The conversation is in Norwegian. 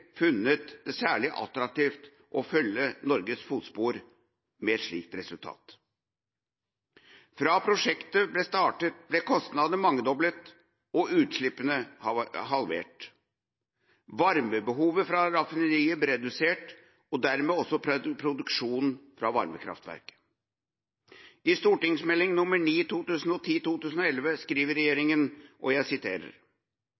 funnet det særlig attraktivt å følge i Norges fotspor med et slikt resultat. Fra prosjektet ble startet ble kostnadene mangedoblet og utslippene halvert. Varmebehovet på raffineriet ble redusert og dermed også produksjonen på varmekraftverket. I Meld. St. 9 for 2010–2011 skriver